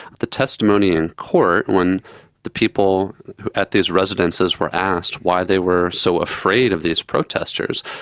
the testimony in court when the people at these residences were asked why they were so afraid of these protesters,